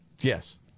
Yes